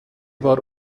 war